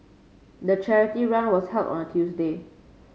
the charity run was held on a Tuesday